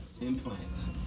implants